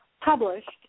published